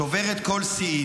שוברת כל שיא.